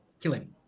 killing